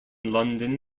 london